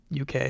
UK